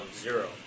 Zero